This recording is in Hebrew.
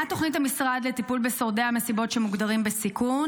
מה תוכנית המשרד לטיפול בשורדי המסיבות שמוגדרים בסיכון?